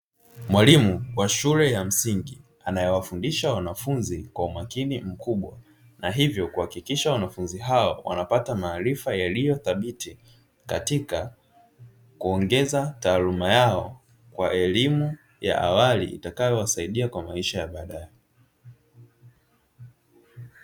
Mwalimu wa shule ya msingi anayewafundisha wanafunzi kwa umakini mkubwa, na hivyo kuhakikisha wanafunzi hao wanapata maarifa yaliyo thabiti katika kuongeza taaluma yao kwa elimu ya awali itakayowasaidia kwa maisha ya baadaye.